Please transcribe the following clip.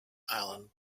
allan